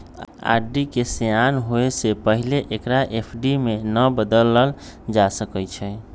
RD के सेयान होय से पहिले एकरा एफ.डी में न बदलल जा सकइ छै